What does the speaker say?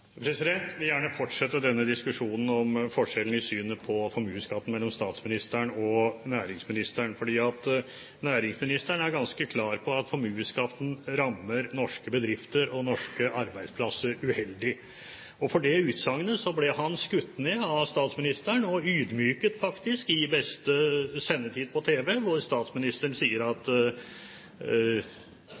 vil gjerne fortsette diskusjonen om forskjellen i synet på formuesskatten mellom statsministeren og næringsministeren. Næringsministeren er ganske klar på at formuesskatten rammer norske bedrifter og norske arbeidsplasser uheldig. For det utsagnet ble han skutt ned av statsministeren og ydmyket, faktisk, i beste sendetid på tv, hvor statsministeren sier at Giske mener det om formuesskatten som regjeringen har bestemt at